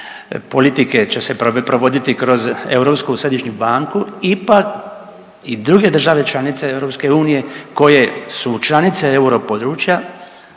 politike će se provoditi kroz Europsku središnju banku, ipak i druge države članice EU koje su članice europodručja